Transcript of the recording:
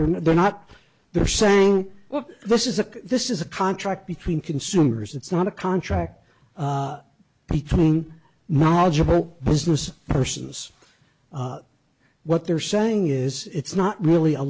they're not they're not they're saying well this is a this is a contract between consumers it's not a contract between knowledgeable business persons what they're saying is it's not really a